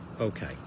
Okay